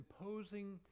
imposing